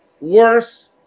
worse